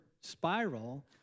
spiral